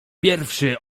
pierwszy